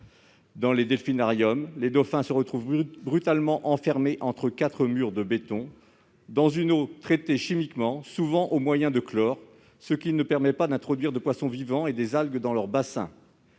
Dans les delphinariums, les dauphins se retrouvent brutalement enfermés entre quatre murs de béton, dans une eau traitée chimiquement, souvent au moyen de chlore- il est donc impossible d'introduire des poissons vivants ou des algues dans leurs bassins.